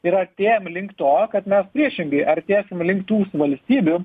ir artėjam link to kad mes priešingai artėsim link tų valstybių